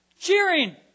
Cheering